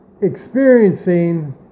experiencing